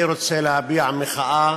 אני רוצה להביע מחאה